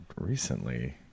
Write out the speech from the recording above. recently